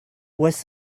was